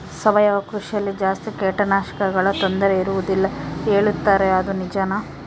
ಸಾವಯವ ಕೃಷಿಯಲ್ಲಿ ಜಾಸ್ತಿ ಕೇಟನಾಶಕಗಳ ತೊಂದರೆ ಇರುವದಿಲ್ಲ ಹೇಳುತ್ತಾರೆ ಅದು ನಿಜಾನಾ?